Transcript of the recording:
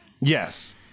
yes